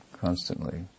constantly